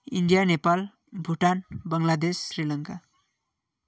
India Nepal Bhutan Bangladesh Sri Lanka